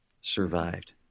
survived